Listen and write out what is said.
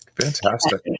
fantastic